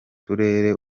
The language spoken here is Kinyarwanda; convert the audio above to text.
turere